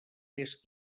oest